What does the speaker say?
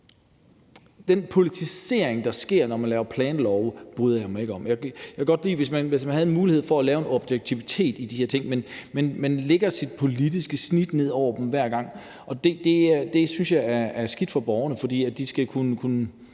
Den politisering, der sker, når man laver planlove, bryder jeg mig ikke om. Jeg kunne godt tænke mig, at man havde en mulighed for at være objektive i de her ting, men man lægger sit politiske snit ned over dem hver gang, og det synes jeg er skidt for borgerne, for der skal være